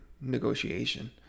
negotiation